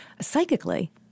psychically